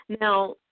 Now